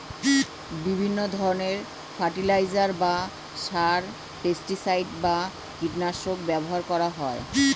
বিভিন্ন ধরণের ফার্টিলাইজার বা সার, পেস্টিসাইড বা কীটনাশক ব্যবহার করা হয়